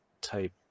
type